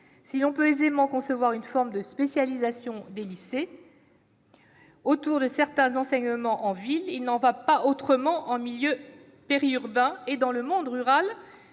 Si l'on peut aisément concevoir une forme de spécialisation des lycées autour de certains enseignements en ville, il en va autrement en milieu périurbain et dans le monde rural,